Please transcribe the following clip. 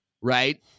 right